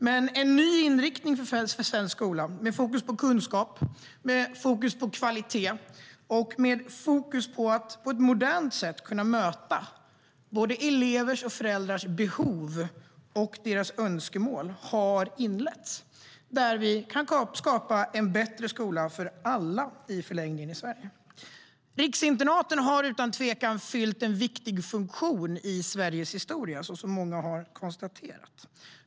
Men en ny inriktning för svensk skola med fokus på kunskap, med fokus på kvalitet och med fokus på att på ett modernt sätt möta både elevers och föräldrars behov och önskemål har inletts. Där kan vi i förlängningen skapa en bättre skola för alla i Sverige. Riksinternaten har utan tvekan fyllt en viktig funktion i Sveriges historia, så som många har konstaterat.